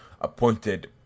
appointed